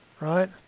right